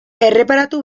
erreparatu